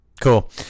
Cool